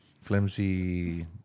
flimsy